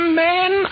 men